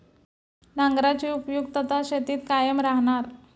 नांगराची उपयुक्तता शेतीत कायम राहणार